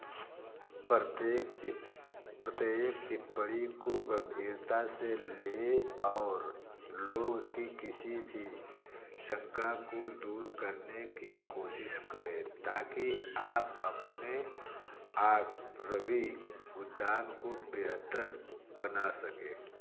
प्रत्येक प्रत्येक टिप्पणी को गंभीरता से लें और लोग की किसी भी शंका को दूर करने की कोशिश करें ताकि आप अपने आरवी उद्यान को बेहतर बना सकें